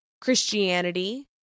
Christianity